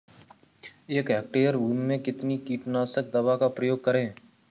एक हेक्टेयर भूमि में कितनी कीटनाशक दवा का प्रयोग करें?